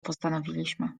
postanowiliśmy